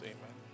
Amen